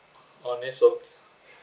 oh next of